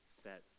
set